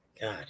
God